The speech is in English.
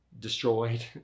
Destroyed